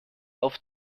auf